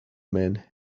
man